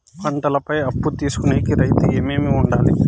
పంటల పై అప్పు తీసుకొనేకి రైతుకు ఏమేమి వుండాలి?